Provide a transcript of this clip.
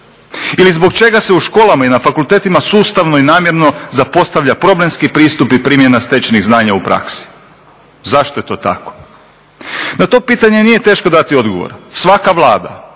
Ili zbog čega se u školama i na fakultetima sustavno i namjerno zapostavlja problemski pristup i primjena stečenih znanja u praksi. Zašto je to tako? Na to pitanje nije teško dati odgovor. Svaka Vlada,